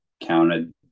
counted